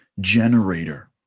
generator